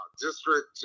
district